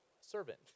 servant